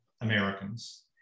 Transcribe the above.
Americans